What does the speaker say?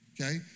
Okay